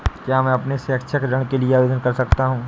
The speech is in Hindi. क्या मैं अपने शैक्षिक ऋण के लिए आवेदन कर सकता हूँ?